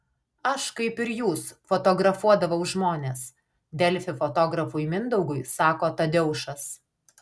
aš kaip ir jūs fotografuodavau žmones delfi fotografui mindaugui sako tadeušas